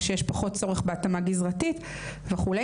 או שיש צורך בהתאמה גזרתית וכו.